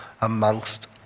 amongst